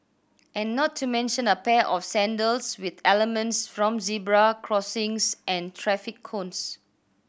and not to mention a pair of sandals with elements from zebra crossings and traffic cones